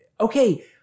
okay